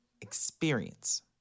experience